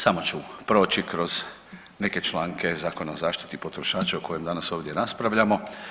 Samo ću proći kroz neke članke Zakona o zaštiti potrošača o kojem danas ovdje raspravljamo.